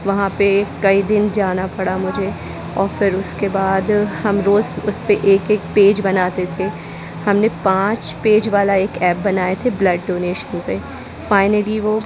वहाँ पे कई दिन जाना पड़ा मुझे और फिर उसके बाद हम रोज़ उसपे एक एक पेज बनाते थे हमने पांच पेज वाला एक ऐप बनाए थे ब्लड डोनेशन पे फ़ाइनली वो